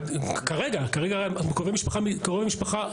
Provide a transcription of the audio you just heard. קרובי משפחה,